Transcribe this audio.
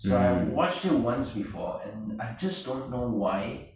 I watched it once before and I just don't know why